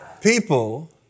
People